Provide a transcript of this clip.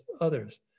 others